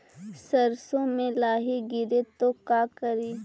सरसो मे लाहि गिरे तो का करि?